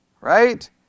Right